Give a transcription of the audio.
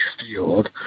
field